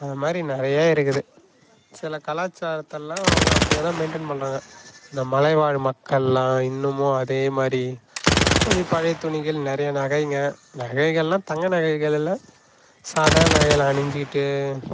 அந்த மாதிரி நிறைய இருக்குது சில கலாச்சாரத்தெலாம் அவங்க அப்படியேதான் மெயின்டெயின் பண்ணுறாங்க இந்த மலைவாழ் மக்களெலாம் இன்னமும் அதே மாதிரி கொஞ்சம் பழைய துணிகள் நிறைய நகைங்கள் நகைங்கள்னால் தங்க நகைகள் இல்லை சாதா நகைகள் அணிஞ்சுகிட்டு